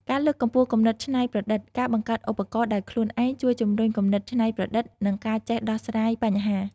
ការលើកកម្ពស់គំនិតច្នៃប្រឌិត ការបង្កើតឧបករណ៍ដោយខ្លួនឯងជួយជំរុញគំនិតច្នៃប្រឌិត និងការចេះដោះស្រាយបញ្ហា។